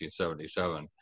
1977